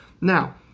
Now